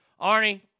Arnie